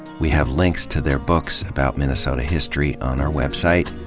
we have links to their books about minnesota history on our website,